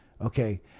Okay